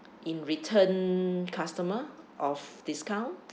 in return customer of discount